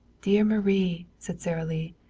dear marie, said sara lee,